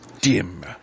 Dim